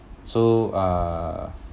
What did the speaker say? so uh